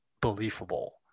believable